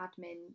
admin